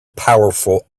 powerful